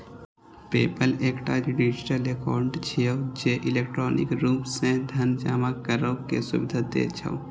PayPal एकटा digital account छियै, जे इलेक्ट्रॉनिक रूप सं धन जमा करै के सुविधा दै छै